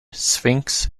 sphinx